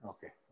Okay